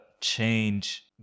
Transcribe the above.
change